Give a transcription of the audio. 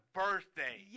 birthday